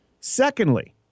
Secondly